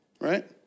Right